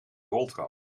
roltrap